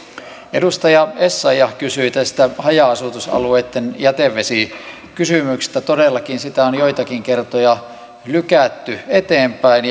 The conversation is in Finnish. edustaja essayah kysyi tästä haja asutusalueitten jätevesikysymyksestä todellakin sitä on joitakin kertoja lykätty eteenpäin